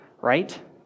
right